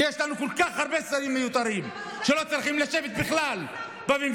כי יש לנו כל כך הרבה שרים מיותרים שלא צריכים לשבת בכלל בממשלה.